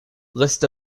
list